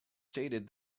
stated